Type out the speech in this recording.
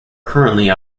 currently